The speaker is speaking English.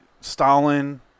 Stalin